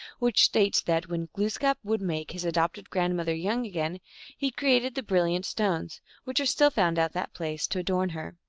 which states that when glooskap would make his adopted grandmother young again he created the brilliant stones, which are still found at that place, to adorn her.